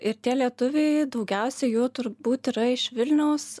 ir tie lietuviai daugiausiai jų turbūt yra iš vilniaus